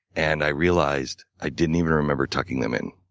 and i realized i didn't even remember tucking them in.